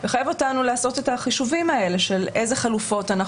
לעשות את החישובים האלה של אילו חלופות אנחנו